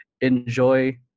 enjoy